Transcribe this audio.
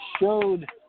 showed